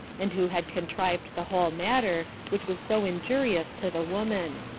and who had contrived the whole matter, which was so injurious to the woman.